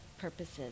purposes